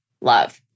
love